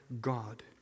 God